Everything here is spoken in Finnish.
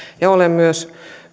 ja olen myös